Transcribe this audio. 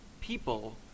people